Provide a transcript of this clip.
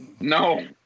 No